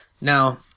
Now